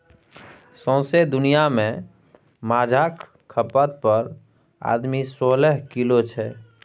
सौंसे दुनियाँ मे माछक खपत पर आदमी सोलह किलो छै